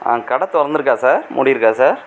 கடை துறந்துருக்கா சார் மூடியிருக்கா சார்